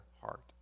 heart